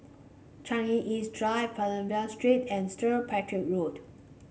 Changi East Drive Pavilion Street and stir Patrick Road